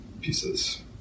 pieces